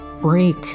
break